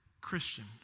Christian